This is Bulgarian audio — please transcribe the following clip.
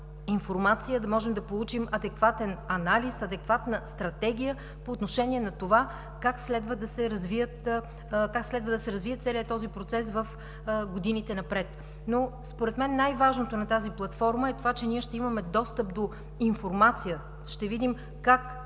да можем да получим адекватен анализ, адекватна стратегия по отношение на това как следва да се развие целият този процес в годините напред. Но според мен най-важното на тази платформа е това, че ние ще имаме достъп до информация, ще видим как